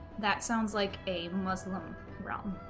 that sounds like a muslim wrong